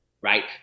right